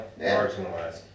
marginalized